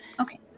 Okay